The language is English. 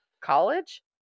College